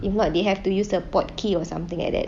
if not they have to use the port key or something like that